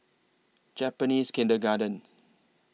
Japanese Kindergarten